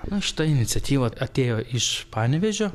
na šita iniciatyva atėjo iš panevėžio